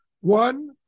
one